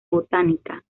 botánica